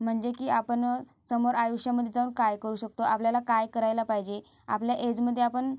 म्हणजे की आपण समोर आयुष्यामध्ये जाऊन काय करू शकतो आपल्याला काय करायला पाहिजे आपल्या एजमध्ये आपण